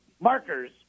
markers